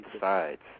sides